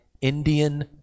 indian